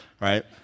right